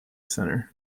centre